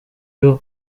uvuga